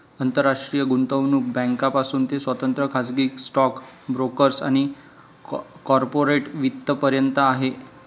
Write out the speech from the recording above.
आंतरराष्ट्रीय गुंतवणूक बँकांपासून ते स्वतंत्र खाजगी स्टॉक ब्रोकर्स आणि कॉर्पोरेट वित्त पर्यंत आहे